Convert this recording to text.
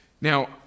Now